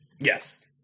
Yes